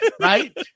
Right